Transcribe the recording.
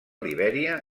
libèria